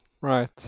Right